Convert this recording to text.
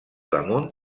damunt